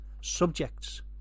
subjects